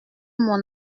mon